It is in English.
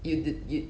you did you